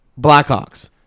Blackhawks